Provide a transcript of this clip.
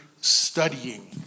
studying